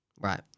Right